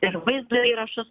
ir vaizdo įrašus